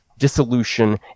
Dissolution